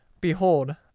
behold